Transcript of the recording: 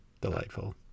delightful